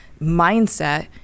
mindset